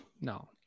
No